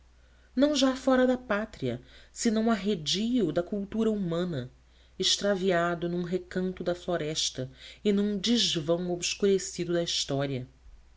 não já fora da pátria senão arredio da cultura humana extraviado num recanto da floresta e num desvão obscurecido da história